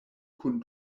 kun